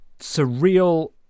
surreal